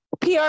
pr